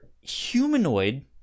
humanoid